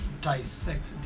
dissect